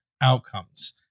outcomes